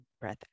breath